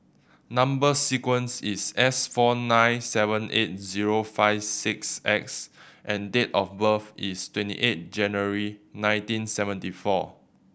number sequence is S four nine seven eight zero five six X and date of birth is twenty eight January nineteen seventy four